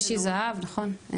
משי זהב, נכון.